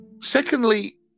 Secondly